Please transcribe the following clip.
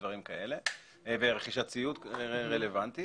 רכישת ציוד רלוונטי